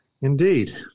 Indeed